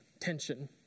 tension